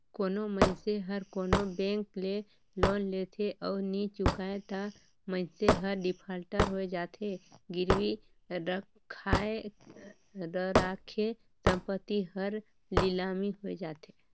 कोनो मइनसे हर कोनो बेंक ले लोन लेथे अउ नी चुकाय ता मइनसे हर डिफाल्टर होए जाथे, गिरवी रराखे संपत्ति हर लिलामी होए जाथे